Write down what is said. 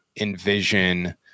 envision